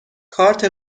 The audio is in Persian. کارت